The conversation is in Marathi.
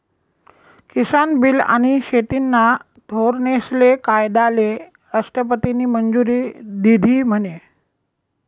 किसान बील आनी शेतीना धोरनेस्ले कायदाले राष्ट्रपतीनी मंजुरी दिधी म्हने?